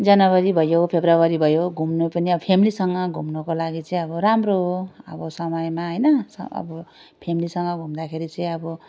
जनवरी भयो फरवरी भयो घुम्नु पनि अब फेमिलीसँग घुम्नुको लागि चाहिँ अब राम्रो हो अब समयमा होइन स अब फेमिलीसँग घुम्दाखेरि चाहिँ अब